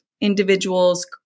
individuals